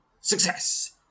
Success